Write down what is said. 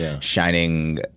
shining